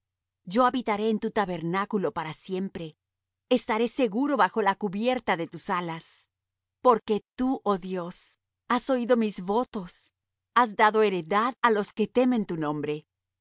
yo habitaré en tu tabernáculo para siempre estaré seguro bajo la cubierta de tus alas porque tú oh dios has oído mis votos has dado heredad á los que temen tu nombre